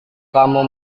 kamu